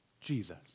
Jesus